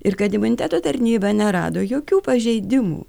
ir kad imuniteto tarnyba nerado jokių pažeidimų